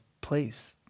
place